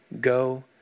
go